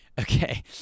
Okay